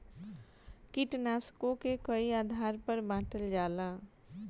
कीटनाशकों के कई आधार पर बांटल जाला